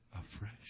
afresh